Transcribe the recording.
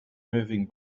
moving